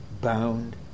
Bound